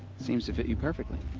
seems to fit you perfectly.